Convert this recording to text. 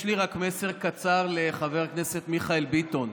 יש לי רק מסר קצר לחבר הכנסת מיכאל ביטון.